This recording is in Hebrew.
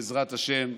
בעזרת השם,